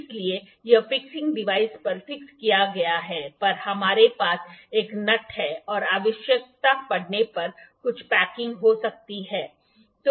इसलिए यह fixing device पर फिक्स किया गया है पर हमारे पास एक नट हैऔर आवश्यकता पड़ने पर कुछ पैकिंग हो सकती है